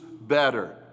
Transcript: better